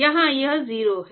यहाँ यह 0 है